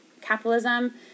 capitalism